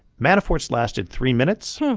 manafort's lasted three minutes.